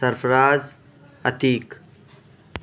Sarfaraz Atiq